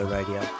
Radio